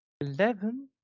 Eleven